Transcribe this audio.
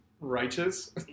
righteous